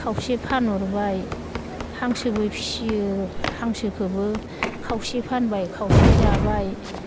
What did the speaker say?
खावसे फानहरबाय हांसोबो फियो हांसोखोबो खावसे फानबाय खावसे जाबाय